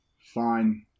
fine